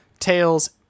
Tails